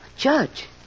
Judge